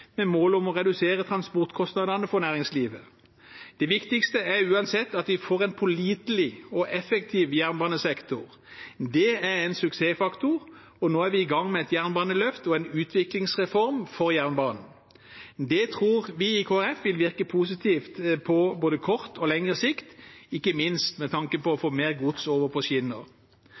med målet om å redusere transportkostnadene for næringslivet. Det viktigste er uansett at vi får en pålitelig og effektiv jernbanesektor. Det er en suksessfaktor, og nå er vi i gang med et jernbaneløft og en utviklingsreform for jernbanen. Det tror vi i Kristelig Folkeparti vil virke positivt på både kort og lengre sikt, ikke minst med tanke på å få mer gods over på skinner.